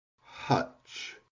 hutch